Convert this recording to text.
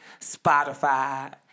Spotify